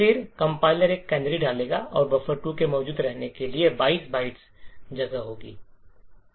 फिर संकलक एक कैनरी डालेगा और बफर2 के मौजूद रहने के लिए 22 बाइट जगह होगी